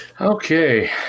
Okay